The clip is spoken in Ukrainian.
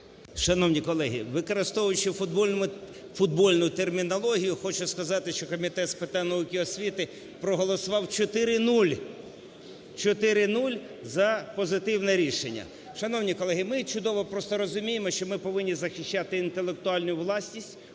Шановні колеги, використовуючи футбольну термінологію, хочу сказати, що Комітет з питань науки і освіти проголосував 4:0– 4:0 за позитивне рішення. Шановні колеги, ми чудово просто розуміємо, що ми повинні захищати інтелектуальну власність,